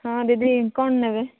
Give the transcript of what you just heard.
ହଁ ଦିଦି କ'ଣ ନେବେ